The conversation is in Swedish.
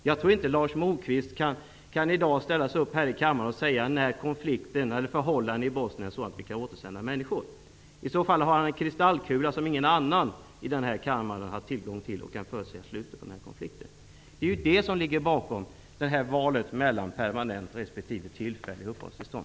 Jag tror inte att Lars Moquist i dag kan ställa sig upp i kammaren och säga när förhållandena i Bosnien kommer att vara sådana att vi kan återsända människor. Om han kan förutsäga slutet på konflikten har han tillgång till en kristallkula som ingen annan i denna kammare har tillgång till. Det är detta resonemang som ligger bakom valet mellan permanent respektive tillfälligt uppehållstillstånd.